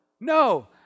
no